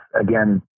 again